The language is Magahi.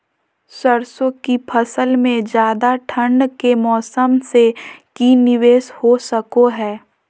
सरसों की फसल में ज्यादा ठंड के मौसम से की निवेस हो सको हय?